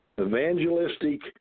evangelistic